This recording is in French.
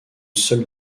seule